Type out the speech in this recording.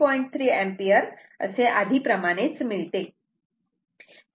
3 ampere असे आधी प्रमाणेच मिळते